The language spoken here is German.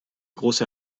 große